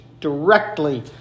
directly